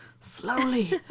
slowly